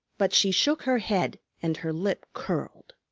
but she shook her head and her lip curled.